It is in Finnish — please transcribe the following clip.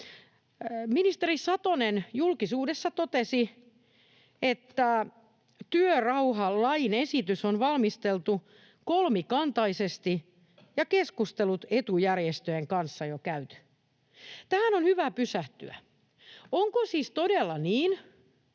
Ministeri Satonen julkisuudessa totesi, että työrauhalain esitys on valmisteltu kolmikantaisesti ja keskustelut etujärjestöjen kanssa jo käyty. Tähän on hyvä pysähtyä. Onko siis todella niin,